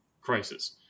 crisis